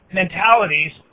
mentalities